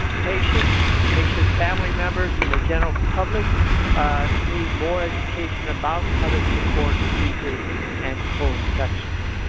patients, patient family members and general public need more education about other tick-borne diseases and co-infections.